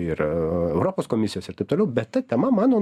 ir europos komisijos ir taip toliau bet ta tema mano